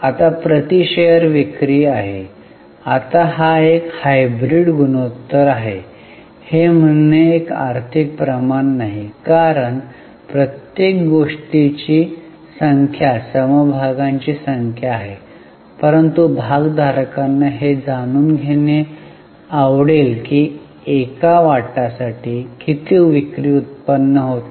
आता प्रति शेअर विक्री आहे आता हा एक हायब्रीड गुणोत्तर आहे हे म्हणणे एक आर्थिक प्रमाण नाही कारण प्रत्येक गोष्टीची संख्या समभागांची संख्या आहे परंतु भागधारकांना हे जाणून घेणे आवडेल की एका वाटासाठी किती विक्री उत्पन्न होते